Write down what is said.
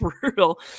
brutal